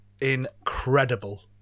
incredible